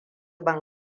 ban